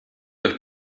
euch